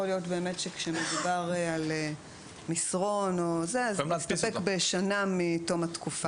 יכול להיות שכשמדובר על מסרון נסתפק בשנה מתום התקופה.